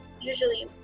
usually